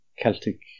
Celtic